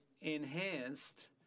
enhanced